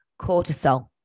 cortisol